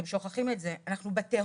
אתם שוכחים את זה, אנחנו בתהום.